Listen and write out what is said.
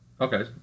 okay